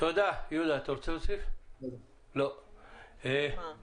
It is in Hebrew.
תודה יהודה, משרד האנרגיה,